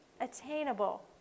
attainable